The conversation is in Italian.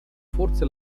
forse